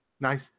Nice